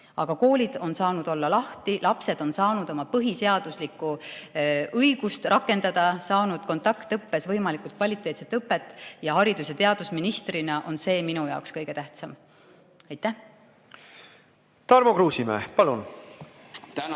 Aga koolid on saanud lahti olla, lapsed on saanud oma põhiseaduslikku õigust rakendada, saanud kontaktõppes võimalikult kvaliteetset õpet ja haridus‑ ja teadusministrina on see minu jaoks kõige tähtsam. Tarmo Kruusimäe, palun! Tarmo